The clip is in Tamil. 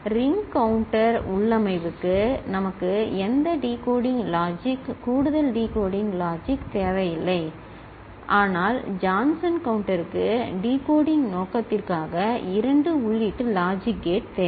ரிங் கவுண்டர் உள்ளமைவுக்கு நமக்கு எந்த டிகோடிங் லாஜிக் கூடுதல் டிகோடிங் லாஜிக் தேவையில்லை ஆனால் ஜான்சன் கவுண்டருக்கு டிகோடிங் நோக்கத்திற்காக 2 உள்ளீட்டு லாஜிக் கேட் தேவை